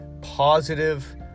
positive